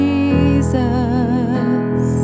Jesus